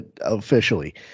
officially